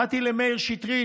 באתי למאיר שטרית,